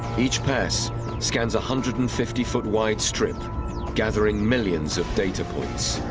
each path scans a hundred and fifty foot wide strip gathering millions of data points.